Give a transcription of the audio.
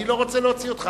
אני לא רוצה להוציא אותך,